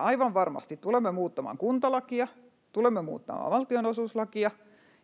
aivan varmasti tulemme muuttamaan kuntalakia, tulemme muuttamaan valtionosuuslakia